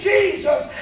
Jesus